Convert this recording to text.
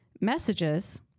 messages